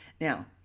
Now